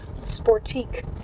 sportique